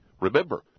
Remember